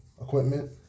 equipment